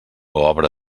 obra